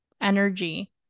energy